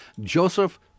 Joseph